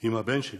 עם הבן שלי